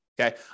okay